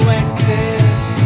exist